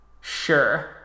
Sure